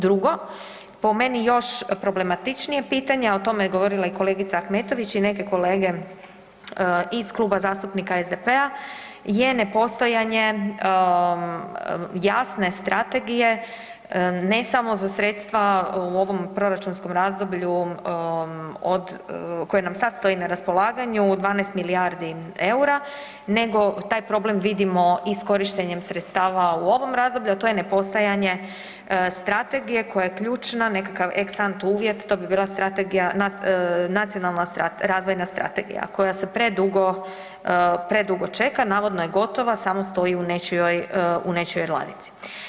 Drugo, po meni još problematičnije pitanje, a o tome je govorila i kolegica Ahmetović i neke kolege iz Kluba zastupnika SDP-a je nepostojanje jasne strategije ne samo za sredstva u ovom proračunskom razdoblju od, koje nam sad stoji na raspolaganju 12 milijardi EUR-a nego taj problem vidimo i s korištenjem sredstava u ovom razdoblju, a to je ne postojanje strategije koja je ključna nekakav ex ante uvjet to bi bila strategija, nacionalna razvojna strategija koja se predugo, predugo čeka, navodno je gotova samo stoji u nečijoj, u nečijoj ladici.